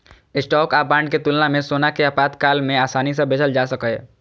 stock आ bond के तुलना मे सोना कें आपातकाल मे आसानी सं बेचल जा सकैए